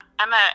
Emma